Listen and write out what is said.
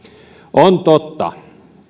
on totta